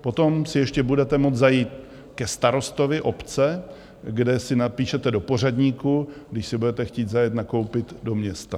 Potom si ještě budete moct zajít ke starostovi obce, kde se napíšete do pořadníku, když si budete chtít zajet nakoupit do města.